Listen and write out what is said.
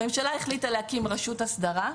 הממשלה החליטה להקים רשות אסדרה: